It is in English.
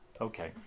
Okay